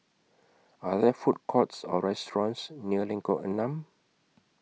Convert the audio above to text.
Are There Food Courts Or restaurants near Lengkok Enam